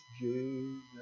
Jesus